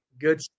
Good